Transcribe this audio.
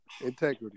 integrity